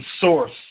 source